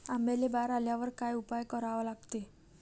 आंब्याले बार आल्यावर काय उपाव करा लागते?